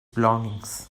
belongings